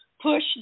push